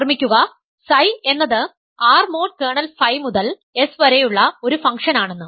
ഓർമ്മിക്കുക Ψ എന്നത് R mod kernel Φ മുതൽ S വരെയുള്ള ഒരു ഫംഗ്ഷനാണെന്ന്